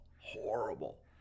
horrible